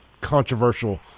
controversial